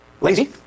lazy